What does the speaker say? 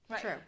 True